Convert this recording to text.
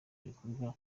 bikorwa